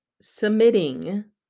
submitting